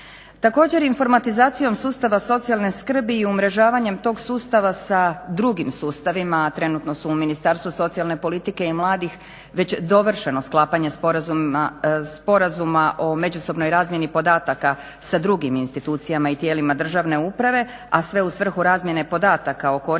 Također informatizacijom sustava socijalne skrbi i umrežavanja tog sustava sa drugim sustavima, a trenutno su u Ministarstvu socijalne politike i mladih već dovršeno sklapanje sporazuma o međusobnoj razmjeni podataka sa drugim institucijama i tijelima državne uprave, a sve u svrhu razmjene podataka o korisnicima